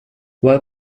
while